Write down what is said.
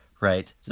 right